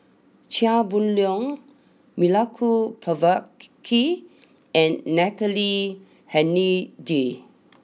Chia Boon Leong Milenko Prvacki and Natalie Hennedige